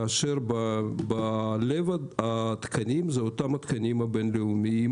כאשר בלב התקנים זה אותם התקנים הבין-לאומיים.